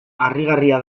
harrigarria